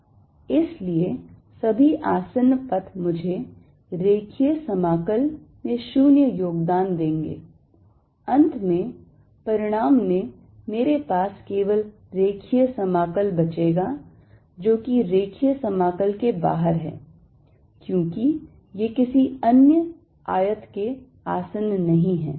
इसलिए सभी आसन्न पथ मुझे रेखीय समाकल में शून्य योगदान देंगे अंत में परिणाम में मेरे पास केवल रेखीय समाकल बचेगा जो कि रेखीय समाकल के बाहर है क्योंकि ये किसी अन्य आयत के आसन्न नहीं हैं